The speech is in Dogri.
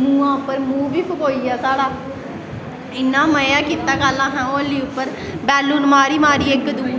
मूंह बी फकोईया साढ़ा इन्ना मज़ा कीता कल्ल असैं होली उप्पर बैलून मारी मारी इक दुए